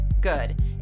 good